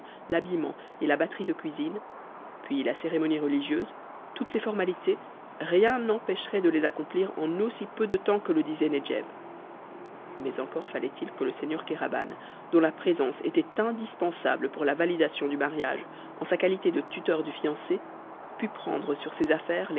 l'habillement et la batterie de cuisine puis la cérémonie religieuse toutes ces formalités rien n'empêcherait de les accomplir en aussi peu de temps que le disait nedjeb mais encore fallait-il que le seigneur kéraban dont la présence était indispensable pour la validation du mariage en sa qualité de tuteur du fiancé pût prendre sur ses affai